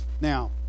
Now